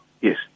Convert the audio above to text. Yes